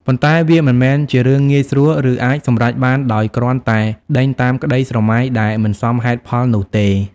ប៉ុន្តែវាមិនមែនជារឿងងាយស្រួល ឬអាចសម្រេចបានដោយគ្រាន់តែ ដេញតាមក្តីស្រមៃដែលមិនសមហេតុផលនោះទេ។